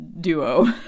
duo